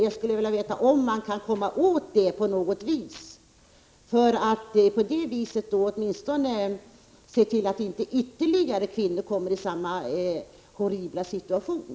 Jag skulle vilja veta om man kan komma åt detta på något sätt för att åtminstone kunna se till att inte ytterligare kvinnor kommmer i samma horribla situation.